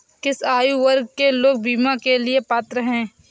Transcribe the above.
किस आयु वर्ग के लोग बीमा के लिए पात्र हैं?